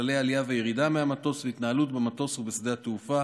כללי עלייה וירידה מהמטוס והתנהלות במטוס ובשדה התעופה.